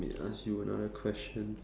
may ask you another question